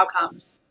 outcomes